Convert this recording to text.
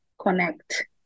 connect